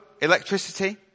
electricity